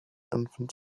infant